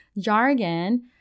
jargon